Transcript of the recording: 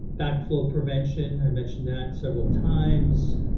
backflow prevention, i mentioned that several times,